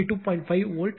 5 volt